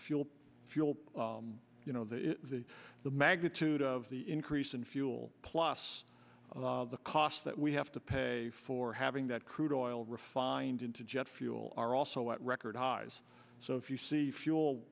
to fuel fuel you know that the magnitude of the increase in fuel plus the costs that we have to pay for having that crude oil refined into jet fuel are also at record highs so if you see fuel